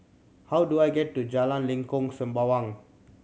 how do I get to Jalan Lengkok Sembawang